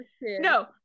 No